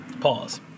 Pause